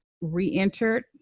re-entered